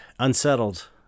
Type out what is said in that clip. Unsettled